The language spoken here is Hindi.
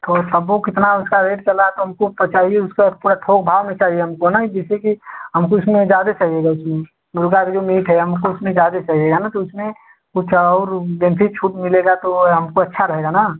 तो सब वह कितना उसका वेट चल रहा तो हमको प चाहिए उसका पूरा थोक भाव में चाहिए हमको ना जिससे कि हमको उसमें ज़्यादा चाहिएगा कि मुर्गा का जो मीट है हमको उसमें ज़्यादा चाहिएगा ना तो उसमें कुछ और बेसी छूट मिलेगा तो हमको अच्छा रहेगा ना